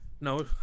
No